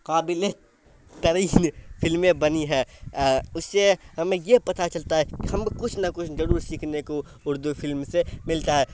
قابل ترین فلمیں بنی ہیں اس سے ہمیں یہ پتا چلتا ہے کہ ہمیں کچھ نہ کچھ ضرور سیکھنے کو اردو فلم سے ملتا ہے